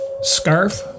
scarf